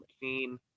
machine